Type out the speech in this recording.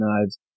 knives